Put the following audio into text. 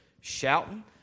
shouting